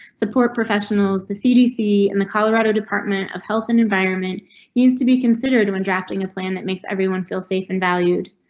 support professionals, the cdc and the colorado department of health and environment needs to be considered. when drafting a plan that makes everyone feel safe and valued.